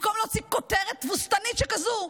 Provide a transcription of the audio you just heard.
במקום להוציא כותרת תבוסתנית שכזאת,